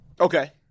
Okay